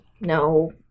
no